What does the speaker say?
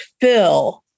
Phil